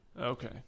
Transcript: Okay